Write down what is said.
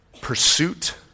pursuit